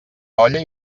olla